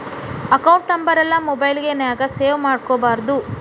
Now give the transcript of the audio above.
account ನಂಬರೆಲ್ಲಾ mobile ನ್ಯಾಗ save ಮಾಡ್ಕೊಬಾರ್ದು